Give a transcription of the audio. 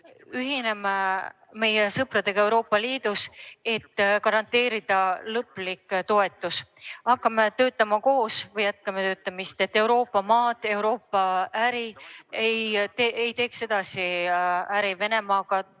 Ühineme meie sõpradega Euroopa Liidus, et garanteerida lõplik toetus, hakkame töötama koos või jätkame töötamist, et Euroopa maad, Euroopa äri ei teeks edasi äri Venemaaga